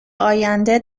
آینده